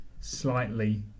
slightly